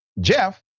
Jeff